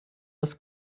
das